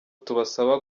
tubasaba